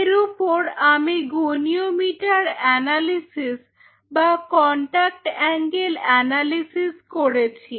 এর উপর আমি গনিয়োমিটার অ্যানালিসিস বা কন্টাক্ট অ্যাঙ্গেল অ্যানালিসিস করেছি